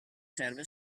serve